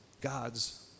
God's